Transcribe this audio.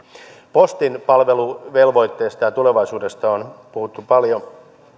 postin palveluvelvoitteesta ja tulevaisuudesta on puhuttu paljon